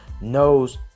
knows